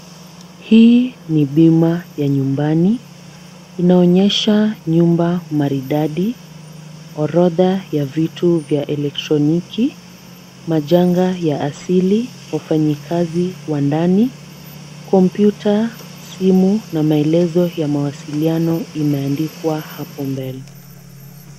Hii ni bima ya nyumbani, inaonyesha nyumba maridadi, orodha ya vitu vya elektroniki, majanga ya asili, wafanyikazi wa ndani, komputa, simu na maelezo ya mawasiliano imeandikwa hapo mbele.